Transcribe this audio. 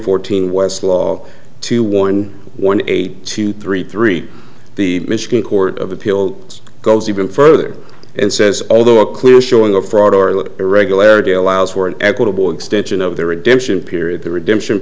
fourteen west law two one one eight two three three the michigan court of appeals goes even further and says although a clear showing of fraud or irregularity allows for an equitable extension of the redemption period the redemption